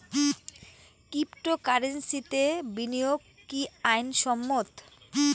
ক্রিপ্টোকারেন্সিতে বিনিয়োগ কি আইন সম্মত?